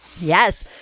Yes